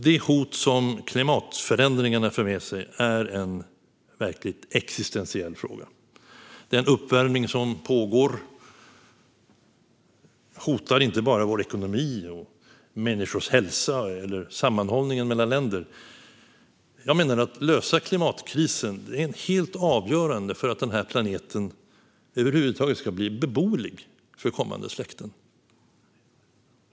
Det hot som klimatförändringarna för med sig är en verkligt existentiell fråga. Den uppvärmning som pågår hotar inte bara vår ekonomi, människors hälsa och sammanhållningen mellan länder - jag menar att det är helt avgörande att lösa klimatkrisen om den här planeten över huvud taget ska vara beboelig för kommande släkten.